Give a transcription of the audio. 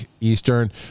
Eastern